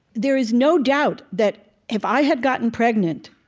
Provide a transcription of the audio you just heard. there is no doubt that if i had gotten pregnant,